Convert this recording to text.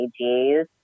AGs